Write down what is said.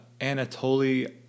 Anatoly